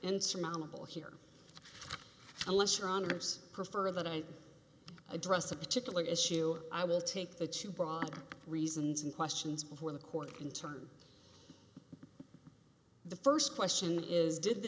insurmountable here unless your honour's prefer that i address a particular issue i will take it to broad reasons and questions before the court can turn the first question is did the